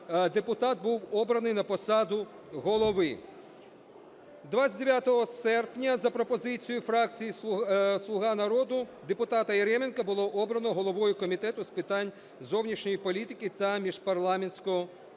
депутат був обраний на посаду голови. 29 серпня за пропозицією фракції "Слуга народу" депутата Яременка було обрано головою Комітету з питань зовнішньої політики та міжпарламентського